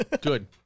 Good